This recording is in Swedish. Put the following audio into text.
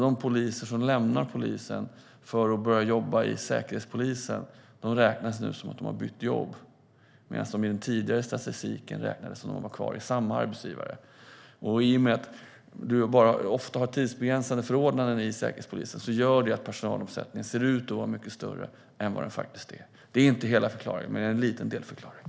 De poliser som lämnar polisen för att börja jobba hos Säkerhetspolisen räknas nu som att de har bytt jobb, medan de i den tidigare statistiken räknades som om de var kvar hos samma arbetsgivare. I och med att det ofta är tidsbegränsade förordnanden hos Säkerhetspolisen ser personalomsättningen ut att vara mycket större än vad den faktiskt är. Det är inte hela förklaringen men en liten delförklaring.